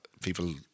people